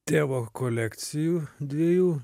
tėvo kolekcijų dviejų